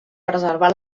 preservar